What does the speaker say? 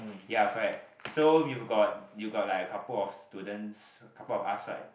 ya correct so we've got you got like a couple of students couple of us like